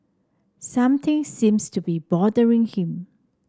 something seems to be bothering him